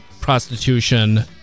prostitution